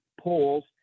polls